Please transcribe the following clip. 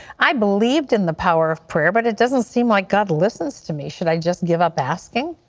i believed in the power of prayer but it doesn't seem like god listens to me. should i just give up asking?